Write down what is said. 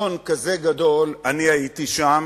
בביטחון כזה גדול: אני הייתי שם.